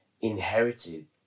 inherited